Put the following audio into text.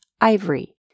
ivory